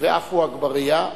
ועפו אגבאריה,